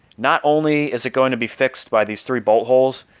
not only is it going to be fixed by these three bolt holes,